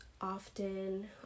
often